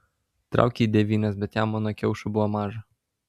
trauk jį devynios bet jam mano kiaušų buvo maža